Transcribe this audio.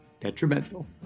Detrimental